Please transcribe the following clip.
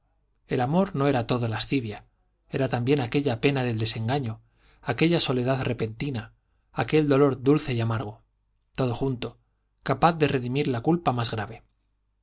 el amor no era todo lascivia era también aquella pena del desengaño aquella soledad repentina aquel dolor dulce y amargo todo junto capaz de redimir la culpa más grave